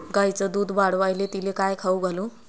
गायीचं दुध वाढवायले तिले काय खाऊ घालू?